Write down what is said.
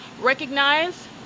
Recognize